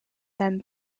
then